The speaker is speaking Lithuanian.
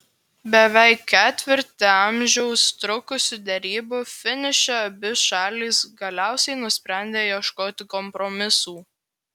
beveik ketvirtį amžiaus trukusių derybų finiše abi šalys galiausiai nusprendė ieškoti kompromisų